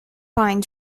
pine